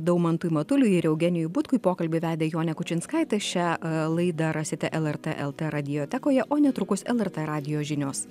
daumantui matuliui ir eugenijui butkui pokalbį vedė jonė kučinskaitė šią laidą rasite lrt lt radiotekoje o netrukus lrt radijo žinios